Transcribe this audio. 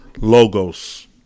Logos